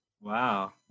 Wow